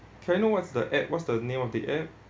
can I know what's the app what's the name of the app